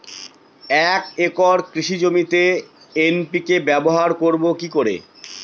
এক একর কৃষি জমিতে এন.পি.কে ব্যবহার করব কি করে?